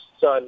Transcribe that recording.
son